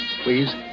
please